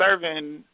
serving